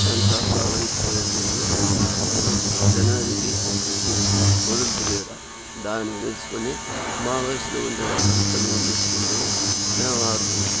అంత కబడ్డీకి పోయేది లేదు దు జనవరికి క్రిస్మస్కు వదులుతారీడ దాన్ని తెలుసుకొని మా వయసులో ఉండే వాళ్ళంతా మేము నిలుచుకుంటాము మేము ఆడతాము